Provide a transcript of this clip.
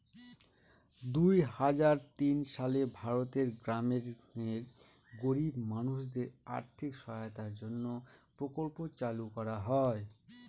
দুই হাজার তিন সালে ভারতের গ্রামের গরিব মানুষদের আর্থিক সহায়তার জন্য প্রকল্প চালু করা হয়